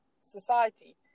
society